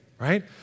right